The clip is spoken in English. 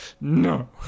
no